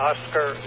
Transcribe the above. Oscar